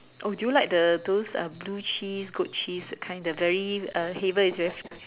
oh do you like the those uh blue cheese good cheese kind very uh flavor is very